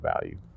value